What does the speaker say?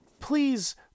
Please